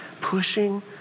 pushing